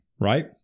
right